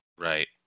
Right